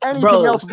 Bro